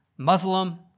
Muslim